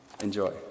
Enjoy